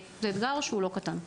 זה אתגר שהוא לא קטן.